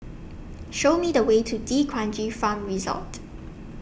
Show Me The Way to D'Kranji Farm Resort